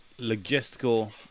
logistical